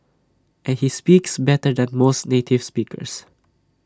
and he speaks better than most native speakers